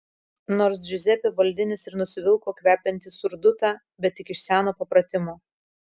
nors džiuzepė baldinis ir nusivilko kvepiantį surdutą bet tik iš seno papratimo